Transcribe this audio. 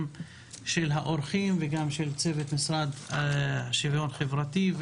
לצוות המשרד לשוויון חברתי,